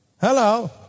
Hello